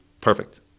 perfect